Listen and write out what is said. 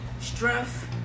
strength